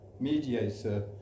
mediator